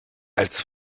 als